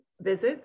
visits